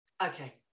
Okay